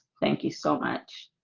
thank you so much